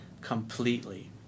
completely